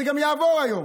זה גם יעבור היום,